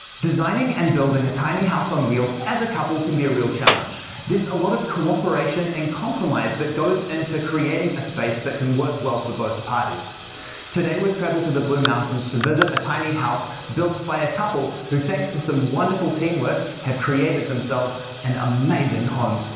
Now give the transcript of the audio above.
designing and building a tiny house on wheels as a couple can be a real challenge there's a lot of cooperation and compromise that goes into creating a space that can work well for both parties today we've traveled to the blue mountains to visit a tiny house built by a couple who thanks to some wonderful teamwork have created themselves an amazing home